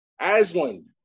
Aslan